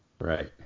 Right